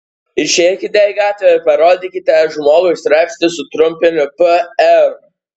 išeikite į gatvę ir parodykite žmogui straipsnį su trumpiniu pr